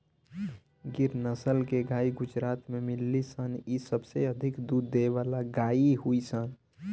गिर नसल के गाई गुजरात में मिलेली सन इ सबसे अधिक दूध देवे वाला गाई हई सन